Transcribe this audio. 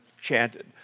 chanted